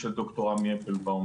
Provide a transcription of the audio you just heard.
אז לכן אנחנו בזום.